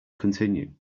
continue